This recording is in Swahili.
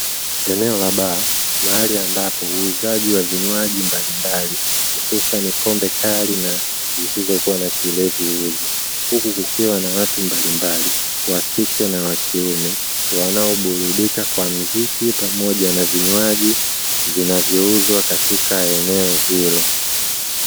Eneo la baa mahali ambapo uuzaji wa vinywaji mbalimbali hususani pombe kali na zisizokuwa na kilevi huuzwa, huku kukiwa na watu mbalimbali wakike na wakiume wanaoburudika kwa mziki pamoja na vinywaji vinavyouzwa katika eneo hilo.